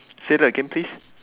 say that again please